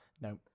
No